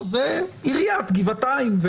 או שזה עיריית גבעתיים.